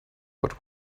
but